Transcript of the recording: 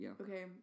Okay